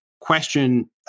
question